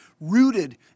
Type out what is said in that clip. rooted